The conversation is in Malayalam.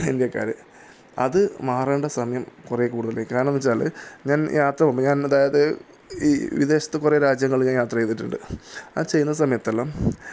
ഇന്ത്യക്കാർ അത് മാറേണ്ട സമയം കുറെ കൂടുതലായി കാരണംന്ന്ച്ചാൽ ഞാൻ യാത്ര പോകുമ്പോൾ ഞാൻ അതായത് ഈ വിദേശത്തു കുറെ രാജ്യങ്ങളിൽ യാത്ര ചെയ്തിട്ടുണ്ട് ആ ചെയ്യുന്ന സമയത്തെല്ലാം